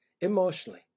emotionally